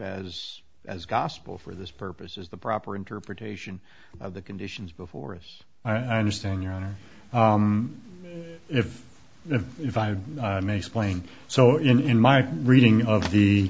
as as gospel for this purpose is the proper interpretation of the conditions before us i understand your honor if if if i may splaying so in my reading of the